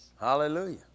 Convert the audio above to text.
Hallelujah